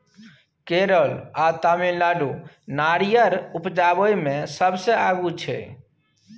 केरल आ तमिलनाडु नारियर उपजाबइ मे सबसे आगू छै